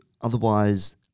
otherwise